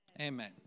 Amen